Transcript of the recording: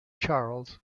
charles